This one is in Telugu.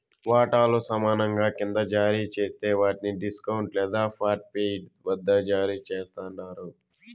వాటాలు సమానంగా కింద జారీ జేస్తే వాట్ని డిస్కౌంట్ లేదా పార్ట్పెయిడ్ వద్ద జారీ చేస్తండారు